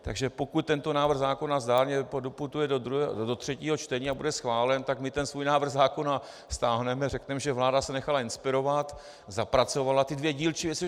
Takže pokud tento návrh zákona zdárně doputuje do třetího čtení a bude schválen, tak my ten svůj návrh zákona stáhneme, řekneme, že vláda se nechala inspirovat, zapracovala ty dvě dílčí věci.